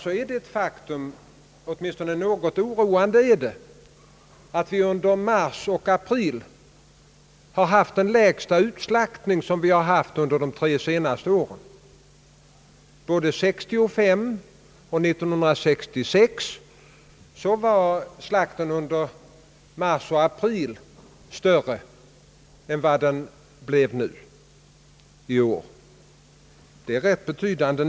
Åtminstone något oroande är det att vi under mars och april har haft den lägsta utslaktningen under de tre senaste åren. Både 1965 och 1966 var slakten under mars och april större än vad den blev under samma tid i år. Nedgången är rätt betydande.